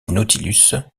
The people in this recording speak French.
nautilus